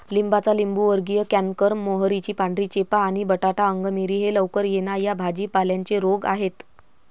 लिंबाचा लिंबूवर्गीय कॅन्कर, मोहरीची पांढरी चेपा आणि बटाटा अंगमेरी हे लवकर येणा या भाजी पाल्यांचे रोग आहेत